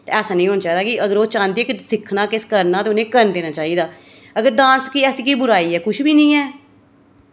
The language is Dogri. ऐसा नेईं होना चाहिदा की अगर ओह् चांह्दी ऐ कि सिक्खना किश करना ते उ'नें करन देना चाहिदा अगर डांस कि ऐसी के बुराई ऐ कुछ बी नेईं ऐ